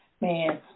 Man